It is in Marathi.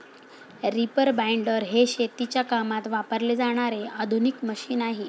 रीपर बाइंडर हे शेतीच्या कामात वापरले जाणारे आधुनिक मशीन आहे